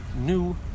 new